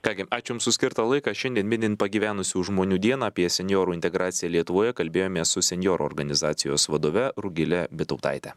ką gi ačiū jums už skirtą laiką šiandien minint pagyvenusių žmonių dieną apie senjorų integraciją lietuvoje kalbėjomės su senjorų organizacijos vadove rugile bitautaite